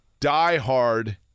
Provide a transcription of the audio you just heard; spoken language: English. diehard